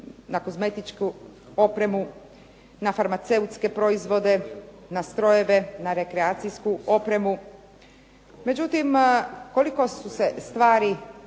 na kozmetičku opremu, na farmaceutske proizvode, na strojeve, na rekreacijsku opremu. Međutim, koliko su se stvari